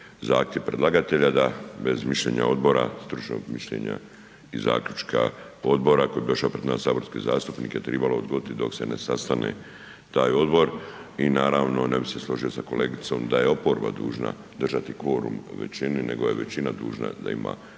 zahtjev predlagatelja da bez mišljenja Odbora, stručnog mišljenja i zaključka odbora koji bi došao pred nas saborske zastupnike tribalo odgoditi dok se ne sastane taj odbor i naravno, ne bi se složio sa kolegicom da je oporba dužna držati kvorum većini, nego je većina dužna da ima kvorum,